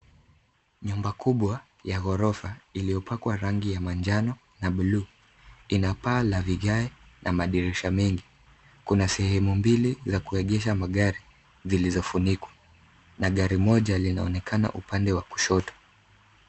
Nyumba kubwa ya ghorofa iliyopakwa rangi ya manjano na buluu. Lina paa la vigae na madirisha mengi. Kuna sehemu mbili za kuegesha magari zilizofunikwa na gari moja linaonekana upande wa kushoto.